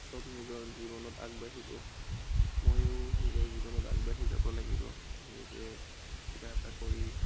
চব নিজৰ জীৱনত আগবাঢ়িব মইয়ো নিজৰ জীৱনত আগবাঢ়ি যাব লাগিব নিজে কিবা এটা কৰি